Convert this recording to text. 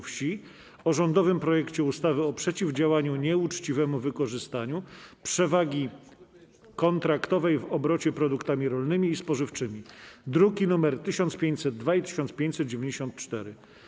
Wsi o rządowym projekcie ustawy o przeciwdziałaniu nieuczciwemu wykorzystywaniu przewagi kontraktowej w obrocie produktami rolnymi i spożywczymi (druki nr 1502 i 1594)